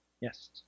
Yes